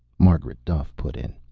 margaret duffe put in.